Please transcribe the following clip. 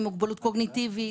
עם מוגבלות קוגניטיבית,